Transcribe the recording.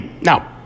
Now